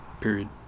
period